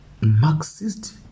Marxist